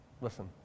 Listen